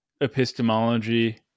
epistemology